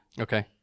Okay